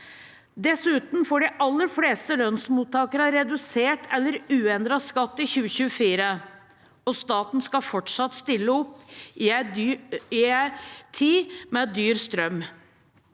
Dessuten får de aller fleste lønnsmottakere redusert eller uendret skatt i 2024, og staten skal fortsatt stille opp i en tid med dyr strøm.